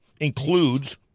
includes